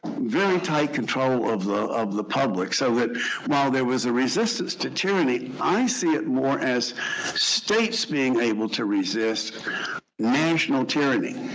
very tight control of the of the public. so that while there was a resistance to tyranny, i see it more as states being able to resist national tyranny.